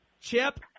Chip